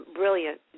brilliant